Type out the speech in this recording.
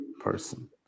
person